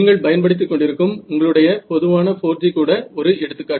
நீங்கள் பயன்படுத்திக் கொண்டிருக்கும் உங்களுடைய பொதுவான 4G கூட ஒரு எடுத்துக்காட்டு